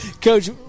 Coach